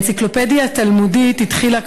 "האנציקלופדיה התלמודית" התחילה,